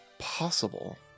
Possible